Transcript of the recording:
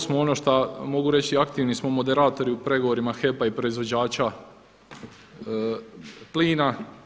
Osmo ono šta mogu reći, aktivni smo moderatori u pregovorima HEP-a i proizvođača plina.